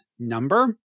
number